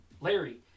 Larry